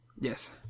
Yes